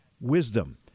wisdom